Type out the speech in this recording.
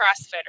CrossFitter